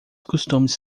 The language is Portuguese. costumes